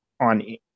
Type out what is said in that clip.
on